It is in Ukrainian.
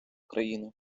країни